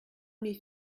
mes